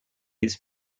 his